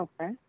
Okay